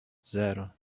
zero